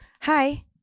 Hi